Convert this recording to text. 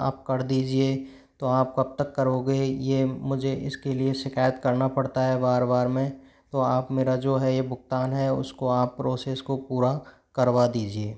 आप कर दीजिए तो आप कब तक करोगे ये मुझे इसके लिए शिकायत करना पड़ता है बार बार में तो आप मेरा जो है ये भुगतान है उसको आप प्रोसेस को पूरा करवा दीजिए